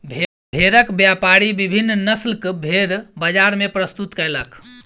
भेड़क व्यापारी विभिन्न नस्लक भेड़ बजार मे प्रस्तुत कयलक